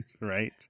Right